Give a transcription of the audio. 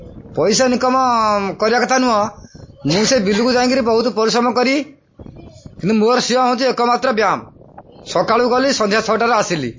ପଇସା ଇନକମ୍ କରିବା କଥା ନୁହଁ ମୁଁ ସେ ବିଲକୁ ଯାଇକରି ବହୁତ ପରିଶ୍ରମ କରି କିନ୍ତୁ ମୋର ସିଏ ହେଉଛି ଏକମାତ୍ର ବ୍ୟାୟାମ ସକାଳୁ ଗଲି ସନ୍ଧ୍ୟା ଛଅଟାରେ ଆସିଲି